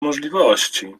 możliwości